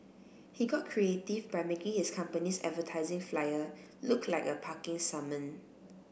he got creative by making his company's advertising flyer look like a parking summon